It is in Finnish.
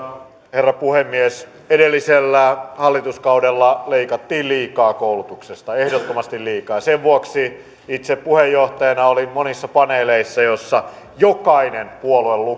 herra puhemies edellisellä hallituskaudella leikattiin liikaa koulutuksesta ehdottomasti liikaa sen vuoksi itse puheenjohtajana olin monissa paneeleissa joissa jokainen puolue